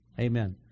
Amen